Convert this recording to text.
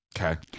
Okay